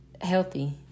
healthy